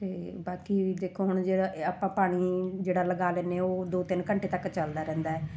ਅਤੇ ਬਾਕੀ ਦੇਖੋ ਹੁਣ ਜਿਹੜਾ ਇਹ ਆਪਾਂ ਪਾਣੀ ਜਿਹੜਾ ਲਗਾ ਲੈਂਦੇ ਹਾਂ ਉਹ ਦੋ ਤਿੰਨ ਘੰਟੇ ਤੱਕ ਚੱਲਦਾ ਰਹਿੰਦਾ ਹੈ